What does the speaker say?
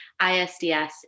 ISDS